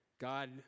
God